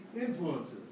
influences